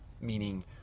meaning